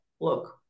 Look